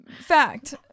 Fact